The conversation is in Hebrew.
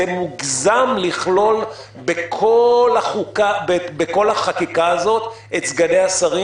זה מוגזם לכלול בכל החקיקה הזאת את סגני השרים.